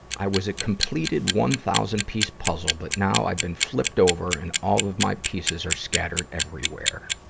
i was a completed, one thousand piece puzzle. but now, i've been flipped over, and all of my pieces are scattered everywhere.